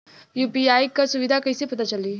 UPI क सुविधा कैसे पता चली?